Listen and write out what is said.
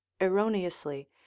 erroneously